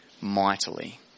mightily